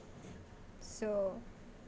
so